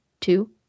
two